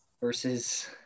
versus